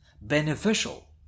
beneficial